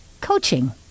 coaching